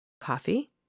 coffee